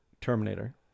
Terminator